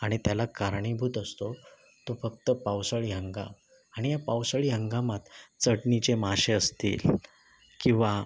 आणि त्याला कारणीभूत असतो तो फक्त पावसाळी हंगाम आणि या पावसाळी हंगामात चटणीचे मासे असतील किंवा